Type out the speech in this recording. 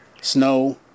snow